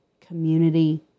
community